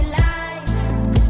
life